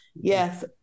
Yes